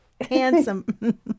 handsome